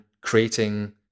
creating